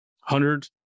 Hundred